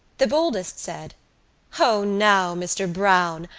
the boldest said o, now, mr. browne,